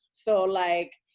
so, like,